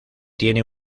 tiene